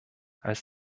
als